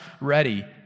ready